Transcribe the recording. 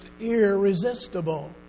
irresistible